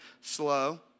slow